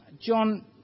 John